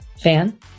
Fan